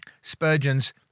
Spurgeon's